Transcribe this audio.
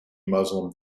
muslim